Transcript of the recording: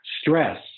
stress